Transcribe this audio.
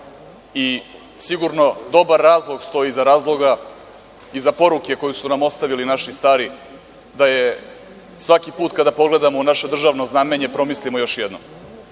sloga. Sigurno dobar razlog stoji iza razloga, iza poruke koju su nam ostavili naši stari da je svaki put kada pogledamo u naše državno znamenje, promislimo još jednom